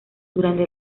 durante